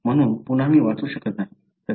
म्हणून पुन्हा मी वाचू शकत नाही